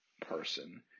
person